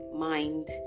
mind